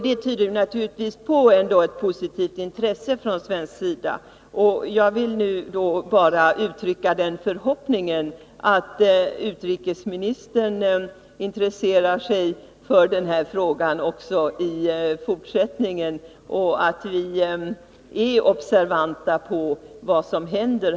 Det tyder naturligtvis på ett positivt intresse från svensk sida. Jag vill nu bara uttrycka den förhoppningen att utrikesministern intresserar sig för den här frågan även i fortsättningen och att vi är observanta på vad som händer.